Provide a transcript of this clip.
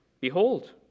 Behold